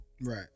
Right